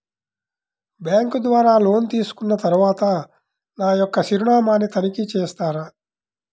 Bank ద్వారా loan తీసుకున్న తరువాత నా యొక్క చిరునామాని తనిఖీ చేస్తారా?